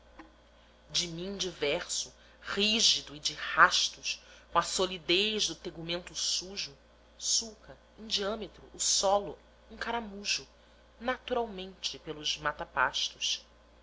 de mim diverso rígido e de rastos com a solidez do tegumento sujo sulca em diâmetro o solo um caramujo naturalmente pelos